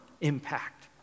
impact